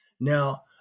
Now